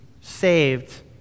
saved